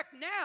now